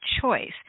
choice